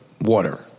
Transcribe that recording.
water